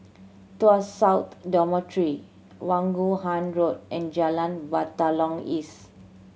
Tuas South Dormitory Vaughan Road and Jalan Batalong East